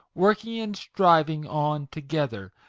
working and striving on together,